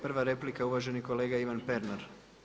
Prva replika je uvaženi kolega Ivan Pernar.